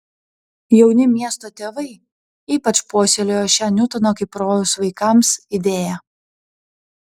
jauni miesto tėvai ypač puoselėjo šią niutono kaip rojaus vaikams idėją